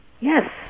Yes